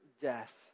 death